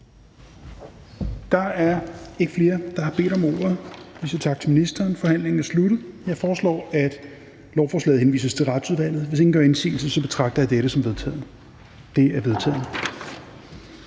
Da der ikke er flere, som har bedt om ordet, er forhandlingen sluttet. Jeg foreslår, at lovforslaget henvises til Skatteudvalget. Hvis ingen gør indsigelse, betragter jeg dette som vedtaget. Det er vedtaget.